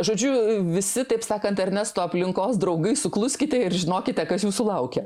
žodžiu visi taip sakant ernesto aplinkos draugai sukluskite ir žinokite kas jūsų laukia